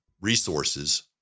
resources